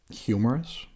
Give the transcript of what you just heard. humorous